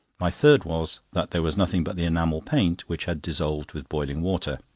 my third was, that there was nothing but the enamel paint, which had dissolved with boiling water.